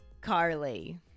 Carly